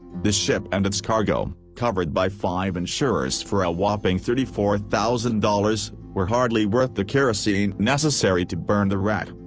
the ship and its cargo, covered by five insurers for a whopping thirty four thousand dollars, were hardly worth the kerosene necessary to burn the wreck.